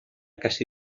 casi